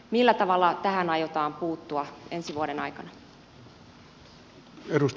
millä tavalla tähän aiotaan puuttua ensi vuoden aikana